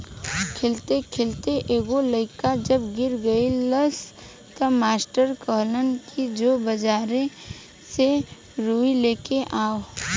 खेलते खेलते एगो लइका जब गिर गइलस त मास्टर कहलन कि जो बाजार से रुई लेके आवा